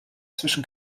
zwischen